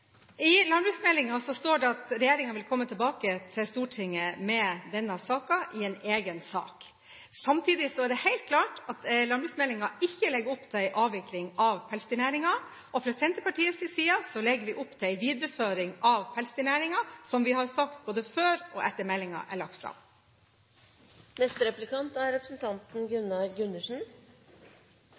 I landbruksmeldingen står det at regjeringen vil komme tilbake til Stortinget med denne saken som en egen sak. Samtidig står det helt klart i landbruksmeldingen at man ikke legger opp til en avvikling av pelsdyrnæringen. Fra Senterpartiets side legger vi opp til en videreføring av pelsdyrnæringen, som vi har sagt både før og etter meldingen ble lagt